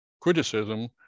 criticism